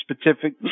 specific